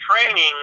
training